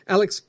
Alex